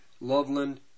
Loveland